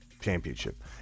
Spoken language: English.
Championship